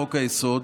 לחוק-היסוד,